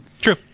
True